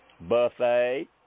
buffet